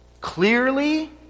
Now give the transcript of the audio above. clearly